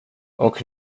och